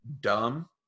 dumb